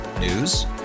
News